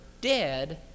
dead